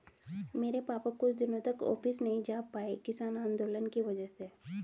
मेरे पापा कुछ दिनों तक ऑफिस नहीं जा पाए किसान आंदोलन की वजह से